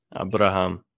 Abraham